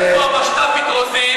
יושבת פה המשת"פית רוזין,